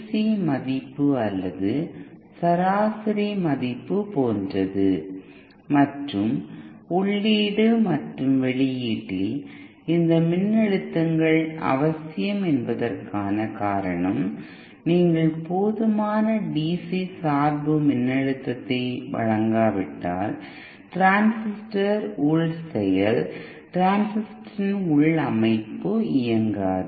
C மதிப்பு அல்லது சராசரி மதிப்பு போன்றது மற்றும் உள்ளீடு மற்றும் வெளியீட்டில் இந்த மின்னழுத்தங்கள் அவசியம் என்பதற்கான காரணம் நீங்கள் போதுமான டிசி சார்பு மின்னழுத்தத்தை வழங்காவிட்டால் டிரான்சிஸ்டர் உள் செயல் டிரான்சிஸ்டரின் உள் அமைப்பு இயங்காது